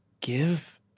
Give